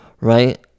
Right